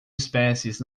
espécies